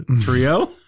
trio